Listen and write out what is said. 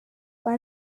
why